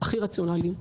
הכי רציונליים,